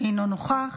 אינו נוכח.